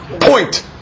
point